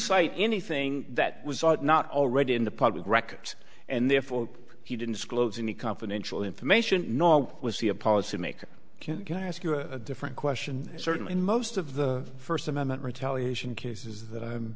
cite anything that was not already in the public records and therefore he didn't disclose any confidential information nor was he a policymaker can i ask you a different question certainly in most of the first amendment retaliation cases that i'm